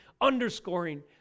underscoring